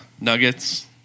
Nuggets